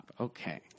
Okay